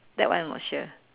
that one I'm not sure